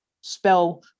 spell